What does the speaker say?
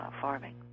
farming